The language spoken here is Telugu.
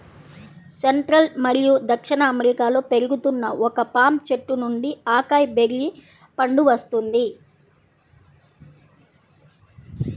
సెంట్రల్ మరియు దక్షిణ అమెరికాలో పెరుగుతున్న ఒక పామ్ చెట్టు నుండి అకాయ్ బెర్రీ పండు వస్తుంది